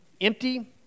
empty